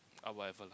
aiya whatever lah